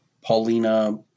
Paulina